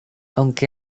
aunque